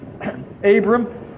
Abram